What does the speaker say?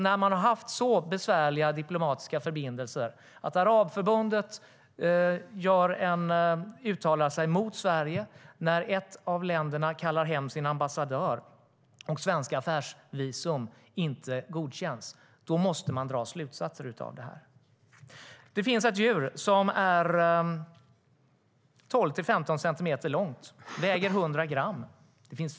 När man har haft så besvärliga diplomatiska förbindelser att Arabförbundet uttalar sig mot Sverige, ett av länderna kallar hem sin ambassadör och svenska affärsvisum inte godkänns, då måste man dra slutsatser av det. Det finns ett djur som är 12-15 centimeter långt och väger 100 gram.